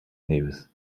nevis